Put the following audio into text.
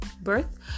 birth